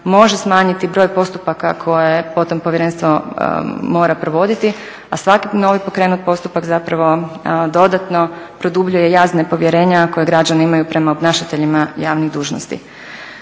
može smanjiti broj postupaka koje potom Povjerenstvo mora provoditi, a svaki novi pokrenut postupak zapravo dodatno produbljuje jaz nepovjerenja koje građani imaju prema obnašateljima javnih dužnosti.